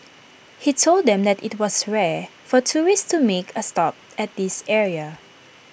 he told them that IT was rare for tourists to make A stop at this area